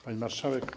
Pani Marszałek!